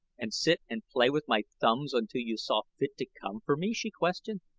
and sit and play with my thumbs until you saw fit to come for me? she questioned.